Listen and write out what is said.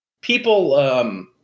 people